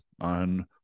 on